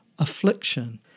affliction